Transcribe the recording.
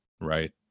Right